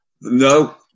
No